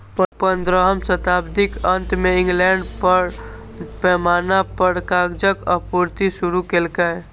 पंद्रहम शताब्दीक अंत मे इंग्लैंड बड़ पैमाना पर कागजक आपूर्ति शुरू केलकै